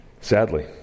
sadly